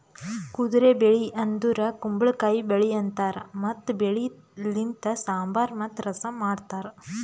ಕುದುರೆ ಬೆಳಿ ಅಂದುರ್ ಕುಂಬಳಕಾಯಿ ಬೆಳಿ ಅಂತಾರ್ ಮತ್ತ ಬೆಳಿ ಲಿಂತ್ ಸಾಂಬಾರ್ ಮತ್ತ ರಸಂ ಮಾಡ್ತಾರ್